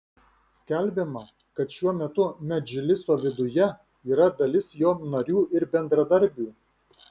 skelbiama kad šiuo metu medžliso viduje yra dalis jo narių ir bendradarbių